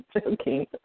Joking